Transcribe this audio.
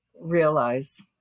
realize